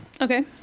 Okay